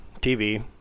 TV